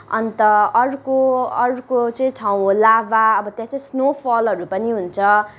अन्त अर्को अर्को चाहिँ ठाउँ हो लाभा अब त्यहाँ चाहिँ स्नोफलहरू पनि हुन्छ